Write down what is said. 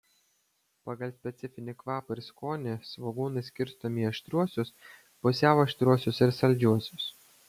pagal specifinį kvapą ir skonį svogūnai skirstomi į aštriuosius pusiau aštriuosius ir saldžiuosius